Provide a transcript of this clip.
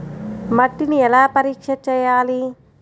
మట్టిని ఎలా పరీక్ష చేయాలి?